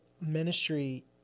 Ministry